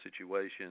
situation